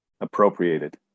appropriated